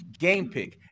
GamePick